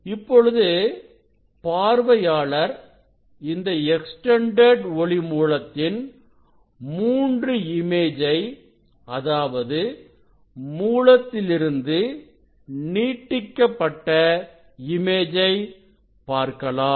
இப்பொழுது பார்வையாளர் இந்த எக்ஸ்டெண்டெட் ஒளி மூலத்தின் மூன்று இமேஜை அதாவது மூலத்திலிருந்து நீட்டிக்கப்பட்ட இமேஜை பார்க்கலாம்